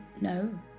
No